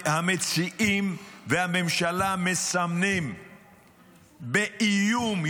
המציעים והממשלה מסמנים באיום,